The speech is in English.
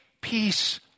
peace